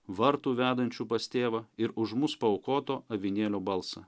vartų vedančių pas tėvą ir už mus paaukoto avinėlio balsą